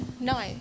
No